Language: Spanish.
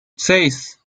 seis